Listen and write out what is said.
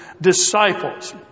disciples